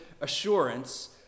assurance